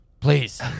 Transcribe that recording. please